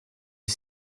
est